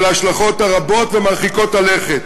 על ההשלכות הרבות ומרחיקות הלכת,